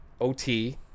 OT